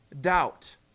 Doubt